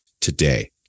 today